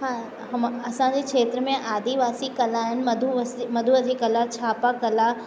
ह असांजे खेत्र में आदिवासी कला आहिनि मधूवसनी मधूबनी कला छापा कला